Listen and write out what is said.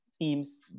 teams